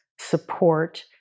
support